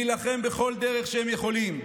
להילחם בכל דרך שהם יכולים.